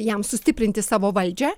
jam sustiprinti savo valdžią